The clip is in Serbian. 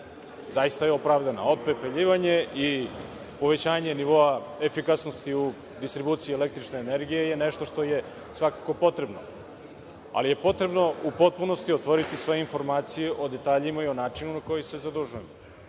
zaista je opravdana. Opepeljivanje i povećanje nivoa efikasnosti u distribuciji električne energije je nešto što je svakako potrebno, ali je potrebno u potpunosti otvoriti sve informacije o detaljima i o načinu na koji se zadužujemo. Prvi